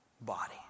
body